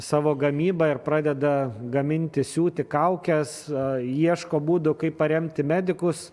savo gamybą ir pradeda gaminti siūti kaukes ieško būdų kaip paremti medikus